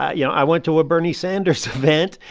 i yeah i went to a bernie sanders event,